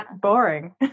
boring